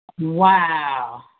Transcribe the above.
Wow